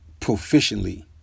proficiently